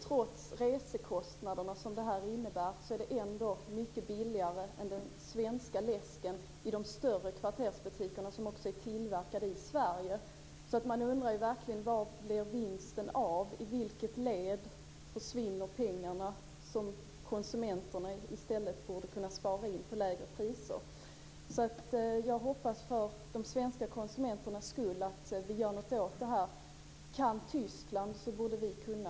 Trots reskostnaderna blir de mycket billigare än den svenska läsken - som också är tillverkad i Sverige - i de större kvartersbutikerna. Man undrar var vinsten blir av. I vilket led försvinner pengarna som konsumenterna i stället borde kunna spara in på lägre priser? Jag hoppas för de svenska konsumenternas skull att vi gör något åt detta. Kan Tyskland så borde vi kunna.